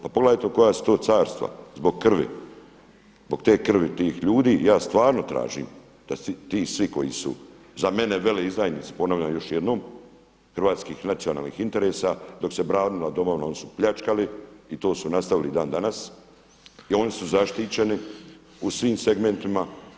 Pa pogledajte koja su to carstva zbog krvi, zbog te krvi tih ljudi i ja stvarno tražim da ti svi koji su za mene veleizdajnici ponavljam još jednom hrvatskih nacionalnih interesa dok se branila domovina oni su pljačkali i to su nastavili i dan danas i oni su zaštićeni u svim segmentima.